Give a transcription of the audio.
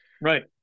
Right